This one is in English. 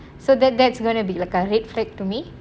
so that that's going to be like head fake to me